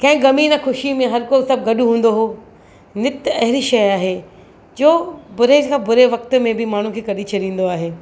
कंहिं ग़म न ख़ुशी में हर को सभु गॾु हूंदो हुओ नृत्य अहिड़ी शइ आहे जो बुरे सां बुरे वक़्त में बि माण्हूअ खे कढी छॾींदो आहे